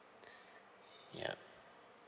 yeah